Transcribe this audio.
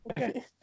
Okay